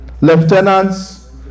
lieutenants